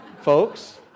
folks